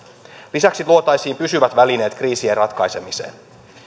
lisäksi luotaisiin pysyvät välineet kriisien ratkaisemiseen